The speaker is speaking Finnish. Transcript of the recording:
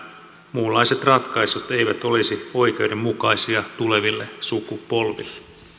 muunlaiset ratkaisut eivät olisi oikeudenmukaisia tuleville sukupolville